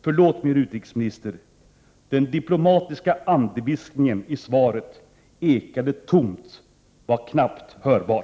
Förlåt mig, herr utrikesminister, den diplomatiska andeviskningen i svaret ekade tomt, var knappt hörbar!